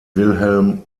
wilhelm